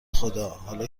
خدا، حالا